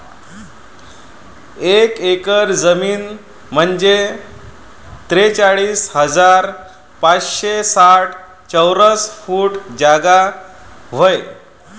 एक एकर जमीन म्हंजे त्रेचाळीस हजार पाचशे साठ चौरस फूट जागा व्हते